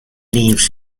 leaves